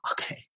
okay